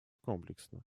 комплексно